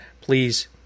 please